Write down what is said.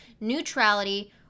neutrality